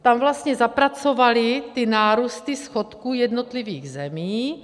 Tam vlastně zapracovali nárůsty schodků jednotlivých zemí.